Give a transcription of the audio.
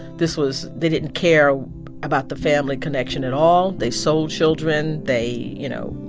this was they didn't care about the family connection at all. they sold children. they, you know,